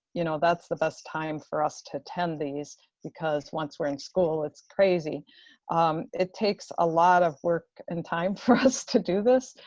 you know, that's the best time for us to attend these because once we're in school, it's crazy it takes a lot of work and time for us to do this.